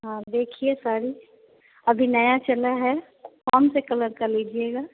हाँ देखिए साड़ी अभी नया चला है कौन से कलर का लीजिएगा